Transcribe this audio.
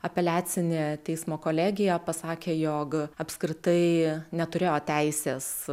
apeliacinė teismo kolegija pasakė jog apskritai neturėjo teisės